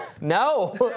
no